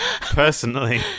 Personally